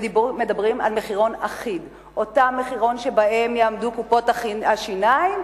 מדברים על מחירון אחיד; אותו מחירון שבו יעמדו קופות השיניים.